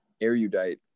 Erudite